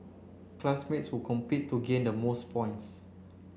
classmates would compete to gain the most points